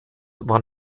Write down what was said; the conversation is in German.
war